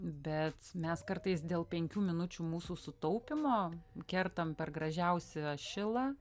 bet mes kartais dėl penkių minučių mūsų sutaupymo kertam per gražiausią šilą